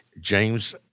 James